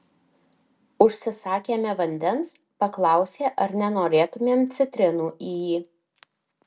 užsisakėme vandens paklausė ar nenorėtumėm citrinų į jį